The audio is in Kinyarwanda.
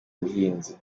ubuhinzi